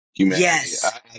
Yes